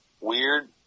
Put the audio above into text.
weird